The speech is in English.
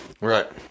right